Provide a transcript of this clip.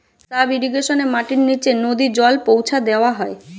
sub ইর্রিগেশনে মাটির নিচে নদী জল পৌঁছা দেওয়া হয়